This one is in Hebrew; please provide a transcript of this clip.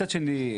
מצד שני,